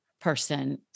person